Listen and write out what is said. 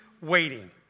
waiting